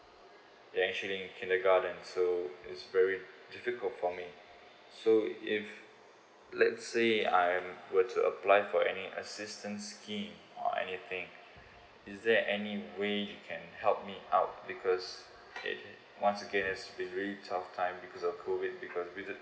he's actually in kindergarten so it's very difficult for me so if let's say I'm would to apply for any assistance schemes or anything is there anyway you can help me out because it once again is very tough time because of COVID period